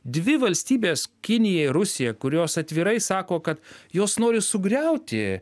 dvi valstybės kinija ir rusija kurios atvirai sako kad jos nori sugriauti